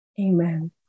Amen